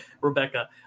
Rebecca